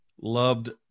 Loved